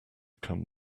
come